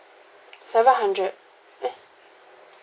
seven hundred eh